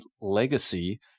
legacy